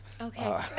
Okay